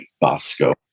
Bosco